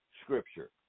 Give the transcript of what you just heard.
scripture